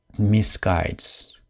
misguides